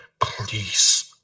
please